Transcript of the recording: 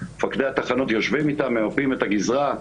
מפקדי התחנות יושבים איתם וממפים את הגזרה,